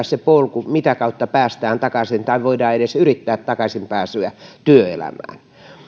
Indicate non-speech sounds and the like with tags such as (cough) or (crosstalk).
(unintelligible) se polku mitä kautta päästään takaisin tai voidaan edes yrittää takaisinpääsyä työelämään